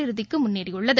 இறுதிக்குமுன்னேறியுள்ளது